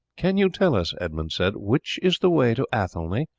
can you tell us, edmund said, which is the way to athelney?